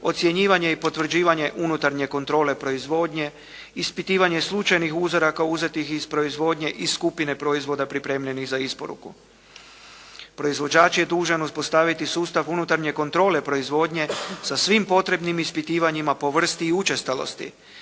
ocjenjivanje i potvrđivanje unutarnje kontrole proizvodnje, ispitivanje slučajnih uzoraka uzetih iz proizvodnje i skupine proizvoda pripremljenih za isporuku. Proizvođač je dužan uspostaviti sustav unutarnje kontrole proizvodnje sa svim potrebnim ispitivanjima po vrsti i učestalosti,